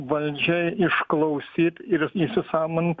valdžia išklausyt ir įsisąmonin